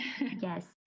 yes